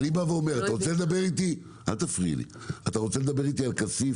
אני בא ואומר, אתה רוצה לדבר איתי על כסיף?